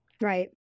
Right